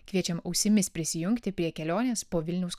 kviečiam ausimis prisijungti prie kelionės po vilniaus